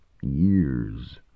years